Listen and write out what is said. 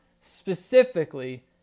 specifically